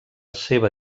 seva